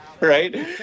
Right